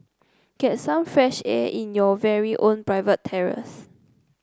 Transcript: get some fresh air in your very own private terrace